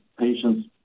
patients